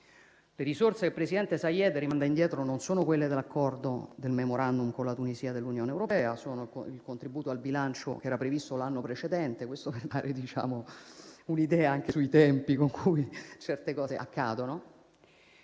Le risorse che il presidente Saied rimanda indietro non sono quelle del *memorandum* con la Tunisia dell'Unione europea, ma sono il contributo al bilancio che era previsto l'anno precedente: questo per dare un'idea anche dei tempi con cui certe cose accadono.